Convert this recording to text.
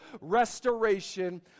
restoration